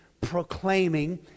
proclaiming